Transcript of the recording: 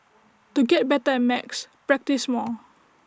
to get better at maths practise more